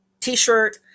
T-shirt